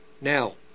now